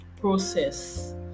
process